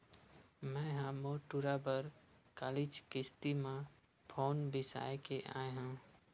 मैय ह मोर टूरा बर कालीच किस्ती म फउन बिसाय के आय हँव